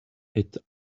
est